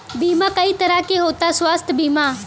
बीमा कई तरह के होता स्वास्थ्य बीमा?